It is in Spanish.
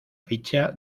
ficha